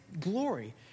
glory